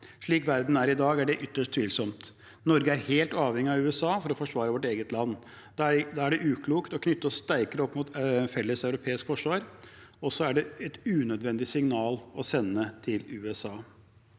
Slik verden er i dag, er det ytterst tvilsomt. Norge er helt avhengig av USA for å forsvare vårt eget land. Da er det uklokt å knytte oss sterkere opp mot et felleseuropeisk forsvar, og det er et unødvendig signal å sende til USA.